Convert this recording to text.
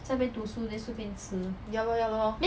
ya lor ya lor